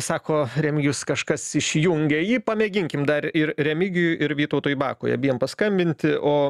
sako remigijus kažkas išjungė jį pamėginkim dar ir remigijui ir vytautui bakui abiem paskambinti o